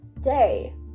day